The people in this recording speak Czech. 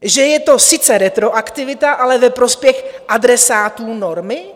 Že je to sice retroaktivita, ale ve prospěch adresátů normy?